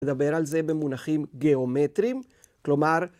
‫לדבר על זה במונחים גיאומטרים, ‫כלומר...